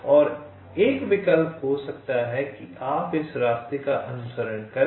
और एक विकल्प हो सकता है की आप इस रास्ते का अनुसरण करें